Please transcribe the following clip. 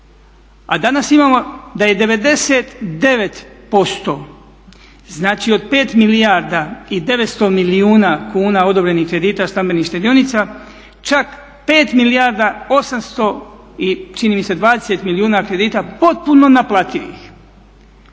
A danas imamo da je 99%, znači od 5 milijarda i 900 milijuna kuna odobrenih kredita stambenih štedionica, čak 5 milijarda 800 i čini mi se 20 milijuna kredita potpuno naplativih.